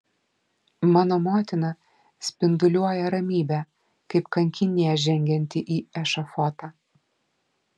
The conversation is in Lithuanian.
mano motina spinduliuoja ramybe kaip kankinė žengianti į ešafotą